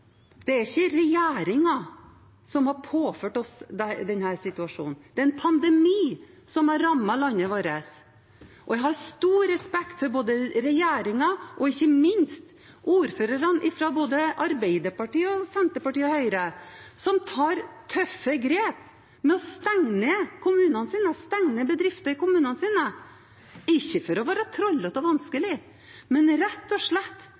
Det er ikke regjeringen som har påført oss denne situasjonen – det er en pandemi som har rammet landet vårt. Jeg har stor respekt for både regjeringen og ikke minst ordførerne fra både Arbeiderpartiet, Senterpartiet og Høyre, som tar tøffe grep ved å stenge ned kommunene sine, stenge ned bedrifter i kommunene sine. De gjør det ikke for å være trollete og vanskelige, men rett og slett